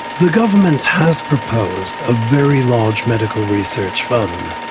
the government has proposed a very large medical research fund,